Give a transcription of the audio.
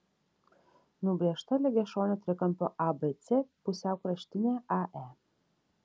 nubrėžta lygiašonio trikampio abc pusiaukraštinė ae